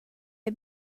era